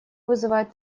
вызывает